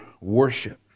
worship